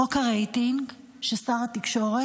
חוק הרייטינג של שר התקשורת,